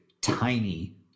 tiny